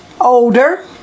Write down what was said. older